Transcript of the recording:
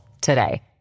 today